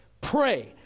pray